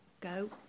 go